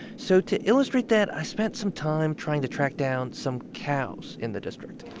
so to illustrate that, i spent some time trying to track down some cows in the district